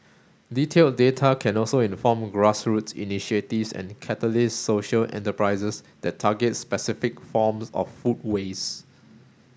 detailed data can also inform grassroots initiatives and catalyse social enterprises that target specific forms of food waste